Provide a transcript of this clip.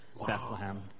Bethlehem